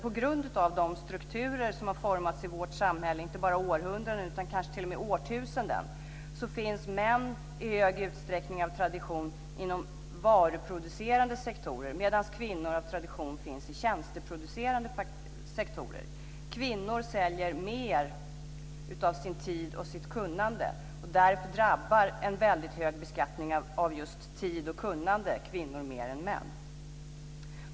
På grund av de strukturer som har formats i vårt samhälle inte bara i århundraden utan kanske t.o.m. i årtusenden så finns män i stor utsträckning inom varuproducerande sektorer medan kvinnor av tradition finns inom tjänsteproducerande sektorer. Kvinnor säljer mer av sin tid och sitt kunnande, och därför drabbar en väldigt hög beskattning av just tid och kunnande kvinnor mer än män.